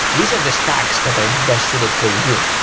these are the stacks that are best suited for you.